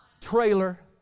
trailer